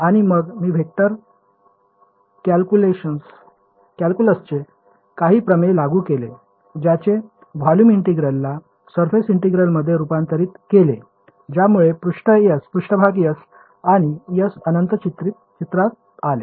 आणि मग मी वेक्टर कॅल्क्युलसचे काही प्रमेय लागू केले ज्याने व्हॉल्यूम इंटिग्रलला सरफेस ईंटेग्रेलमध्ये रूपांतरित केले ज्यामुळे पृष्ठभाग s आणि s अनंत चित्रात आले